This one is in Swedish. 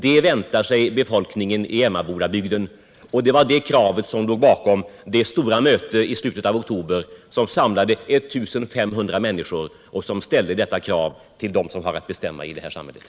Det väntar sig befolkningen i Emmabodabygden. Det var det kravet som låg bakom det stora möte i slutet av oktober som samlade 1 500 människor. De ställde detta krav till dem som har att bestämma i det här samhället.